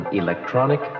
electronic